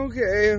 Okay